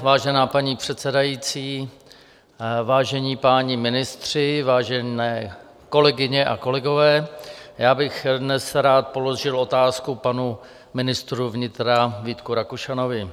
Vážená paní předsedající, vážení páni ministři, vážené kolegyně a kolegové, já bych dnes rád položil otázku panu ministru vnitra Vítku Rakušanovi.